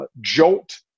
jolt